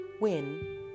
win